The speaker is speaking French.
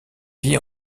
vit